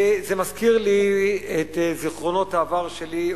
זה מזכיר לי את זיכרונות העבר שלי,